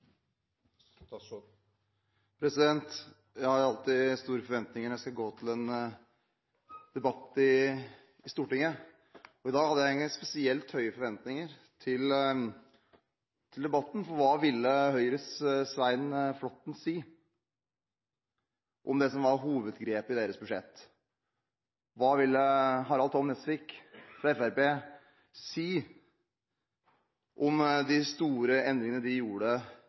Jeg har alltid store forventninger når jeg skal gå til en debatt i Stortinget, men i dag hadde jeg ingen spesielt høye forventninger til debatten. For hva ville Høyres representant Svein Flåtten si om det som var hovedgrepet i deres budsjett? Hva ville Harald T. Nesvik fra Fremskrittspartiet si om de store endringene